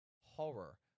horror